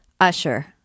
Usher